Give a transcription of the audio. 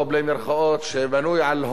במירכאות או בלי מירכאות, שבנוי על הון